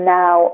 now